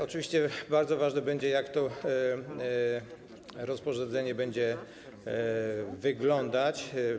Oczywiście bardzo ważne będzie, jak to rozporządzenie będzie wyglądać.